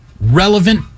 relevant